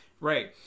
right